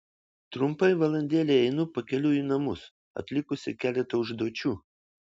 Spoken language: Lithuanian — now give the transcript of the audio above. trumpai valandėlei einu pakeliui į namus atlikusi keletą užduočių